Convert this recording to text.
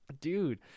Dude